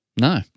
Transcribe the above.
No